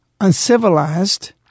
uncivilized